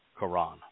Quran